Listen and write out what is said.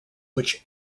which